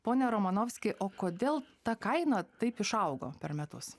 pone romanovski o kodėl ta kaina taip išaugo per metus